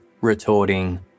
retorting